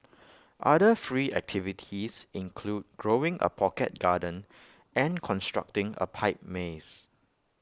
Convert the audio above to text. other free activities include growing A pocket garden and constructing A pipe maze